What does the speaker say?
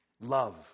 Love